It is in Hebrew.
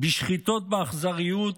בשחיטות באכזריות,